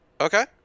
Okay